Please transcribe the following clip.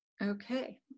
Okay